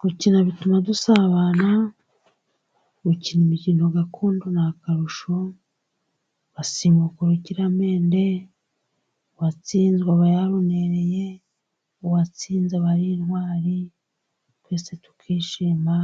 Gukina bituma dusabana gukina imikino gakondo ni akarusho. Basimbuka urukiramende, uwatsinzwe aba yarunereye uwatsinze aba ari intwari, twese tukishima